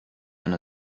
eine